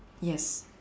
yes